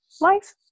life